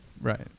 Right